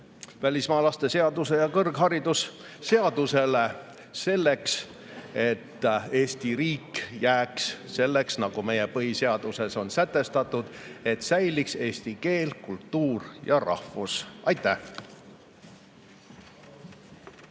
välismaalaste seaduse ja kõrgharidusseaduse muudatuse, selleks et Eesti riik jääks selliseks, nagu meie põhiseaduses on sätestatud, et säiliks eesti keel, kultuur ja rahvus. Aitäh!